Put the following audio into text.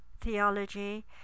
theology